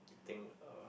eating a